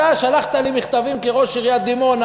אתה שלחת לי מכתבים כראש עיריית דימונה: